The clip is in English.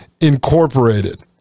Incorporated